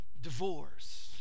Divorce